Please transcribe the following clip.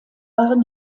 waren